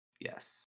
Yes